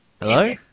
Hello